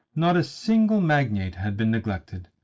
not a single magnate had been neglected,